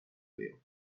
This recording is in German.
leer